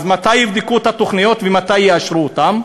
אז מתי יבדקו את התוכניות ומתי יאשרו אותן?